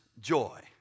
joy